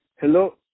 hello